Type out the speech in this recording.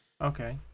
Okay